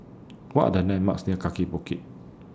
What Are The landmarks near Kaki Bukit